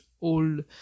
old